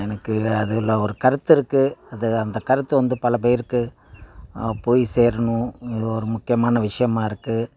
எனக்கு அதில் ஒரு கருத்து இருக்கு அது அந்த கருத்து வந்து பல பேருக்கு போய் சேரணும் இது ஒரு முக்கியமான விஷியமாக இருக்கு